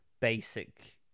basic